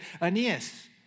Aeneas